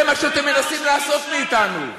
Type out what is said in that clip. זה מה שאתם מנסים לעשות מאתנו.